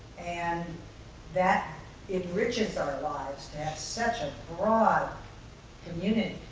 and that enriches our lives to have such a broad community,